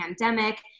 pandemic